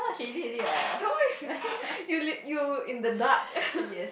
some more is you you in the dark